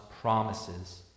promises